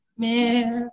man